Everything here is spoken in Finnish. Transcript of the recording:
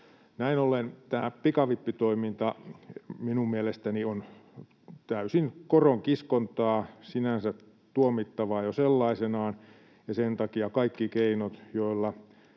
Näin ollen tämä pikavippitoiminta minun mielestäni on täysin koronkiskontaa ja sinänsä tuomittavaa jo sellaisenaan, ja sen takia kaikki keinot, joilla